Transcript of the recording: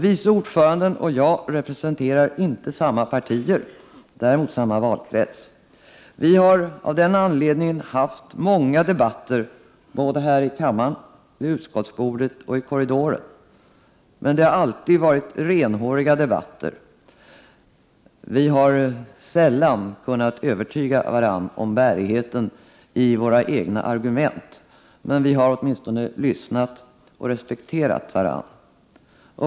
Vice ordföranden och jag representerar inte samma partier, däremot samma valkrets. Vi har av den anledningen haft många debatter, både här i 43 kammaren, vid utskottsbordet och i korridoren. Men det har alltid varit renhåriga debatter. Vi har sällan kunnat övertyga varandra om bärigheten i våra egna argument, men vi har åtminstone lyssnat och respekterat varandra.